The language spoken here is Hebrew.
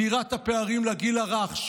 סגירת הפערים לגיל הרך,